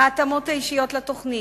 ההתאמות האישיות לתוכנית,